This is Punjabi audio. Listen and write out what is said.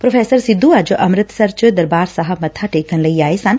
ਪ੍ਰੋ ਸਿੱਧੂ ਅੱਜ ਅੰਮ੍ਤਿਤਸਰ ਚ ਦਰਬਾਰ ਸਾਹਿਬ ਮੱਥਾ ਟੇਕਣ ਲਈ ਆਏ ਸਨ